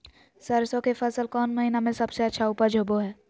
सरसों के फसल कौन महीना में सबसे अच्छा उपज होबो हय?